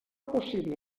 possible